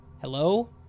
Hello